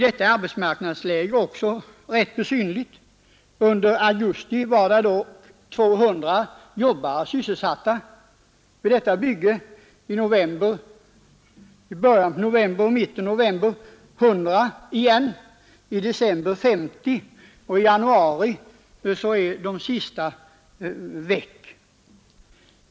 Detta är rätt besynnerligt i rådande arbetsmarknadsläge. Under augusti var dock 200 jobbare sysselsatta vid detta bygge, i början och mitten av november arbetade 100 man där. I december kommer 50 man att vara sysselsatta vid bygget och i januari är de sista väck.